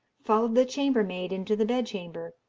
followed the chambermaid into the bedchamber,